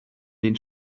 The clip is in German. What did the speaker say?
den